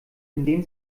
indem